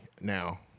now